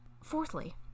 Fourthly